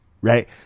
right